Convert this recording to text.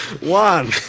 One